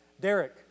Derek